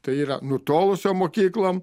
tai yra nutolusiom mokyklom